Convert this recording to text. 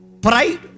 Pride